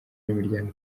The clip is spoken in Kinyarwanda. n’imiryango